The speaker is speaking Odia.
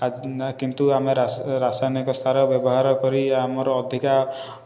ଆଃ କିନ୍ତୁ ଆମେ ରାସାୟନିକ ସାର ବ୍ୟବହାର କରି ଆମର ଅଧିକ